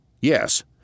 Yes